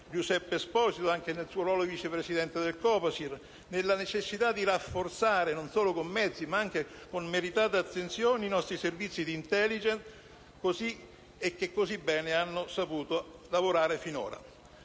Giuseppe Esposito, anche nel suo ruolo di vice presidente del Copasir, sulla necessità di rafforzare, non solo con mezzi, ma anche con meritate attenzioni, i nostri servizi di *intelligence*, che così bene hanno saputo lavorare finora.